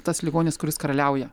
tas ligonis kuris karaliauja